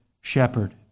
shepherd